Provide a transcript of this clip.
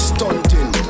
Stunting